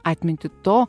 atmintį to